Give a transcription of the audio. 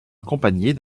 accompagnée